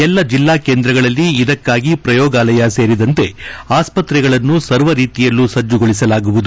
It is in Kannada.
ಎಲ್ಲಾ ಜಿಲ್ಲಾ ಕೇಂದ್ರಗಳಲ್ಲಿ ಇದಕ್ಕಾಗಿ ಪ್ರಯೋಗಾಲಯ ಸೇರಿದಂತೆ ಆಸ್ಪತ್ತೆಗಳನ್ನು ಸರ್ವರೀತಿಯಲ್ಲೂ ಸಜ್ಜುಗೊಳಿಸಲಾಗುವುದು